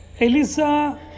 Elisa